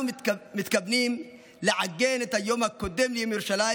אנחנו מתכוונים לעגן את היום הקודם ליום ירושלים